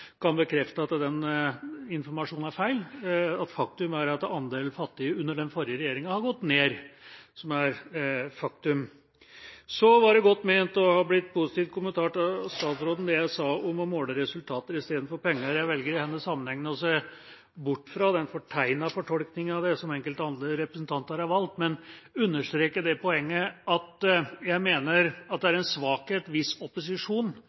kan bekrefte at den informasjonen er feil, og at faktum er at andelen fattige har gått ned under den forrige regjeringa. Det er et faktum. Så var det godt ment og har blitt positivt kommentert av statsråden det jeg sa om å måle resultater istedenfor penger. Jeg velger i denne sammenhengen å se bort fra den fortegnede fortolkninga av det som enkelte andre representanter har valgt, men vil understreke det poenget at jeg mener at det